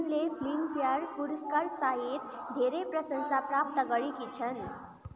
उनले फिल्मफेयर पुरस्कारसहित धेरै प्रशंसा प्राप्त गरेकी छन्